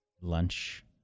lunch